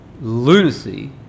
lunacy